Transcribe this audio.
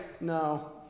no